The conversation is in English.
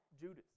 Judas